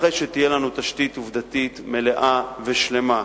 אחרי שתהיה לנו תשתית עובדתית מלאה ושלמה.